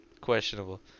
questionable